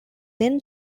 then